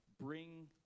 Bring